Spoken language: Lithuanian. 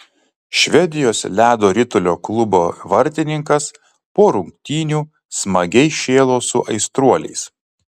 švedijos ledo ritulio klubo vartininkas po rungtynių smagiai šėlo su aistruoliais